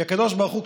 כי הקדוש ברוך הוא,